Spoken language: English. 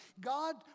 God